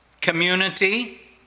community